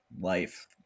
life